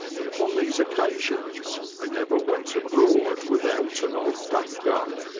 upon these occasions i never went abroad without an old duck-gun,